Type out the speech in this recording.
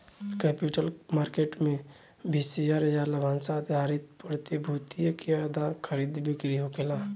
capital market में भी share आ लाभांस आधारित प्रतिभूतियन के खरीदा बिक्री होला